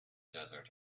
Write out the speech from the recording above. desert